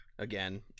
again